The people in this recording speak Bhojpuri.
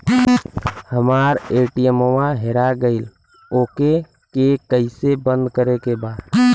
हमरा ए.टी.एम वा हेरा गइल ओ के के कैसे बंद करे के बा?